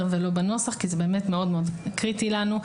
ולא בנוסח כי זה באמת מאוד קריטי לנו.